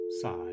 side